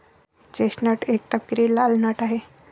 chestnut एक तपकिरी लाल नट आहे